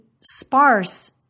sparse